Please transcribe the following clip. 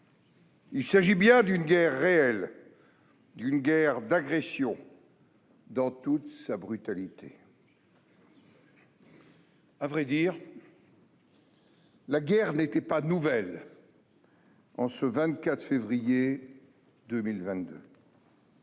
Il s'agit bien d'une guerre réelle, d'une guerre d'agression, dans toute sa brutalité. À vrai dire, la guerre n'était pas chose nouvelle en ce 24 février 2022.